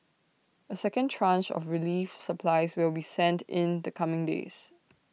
A second tranche of relief supplies will be sent in the coming days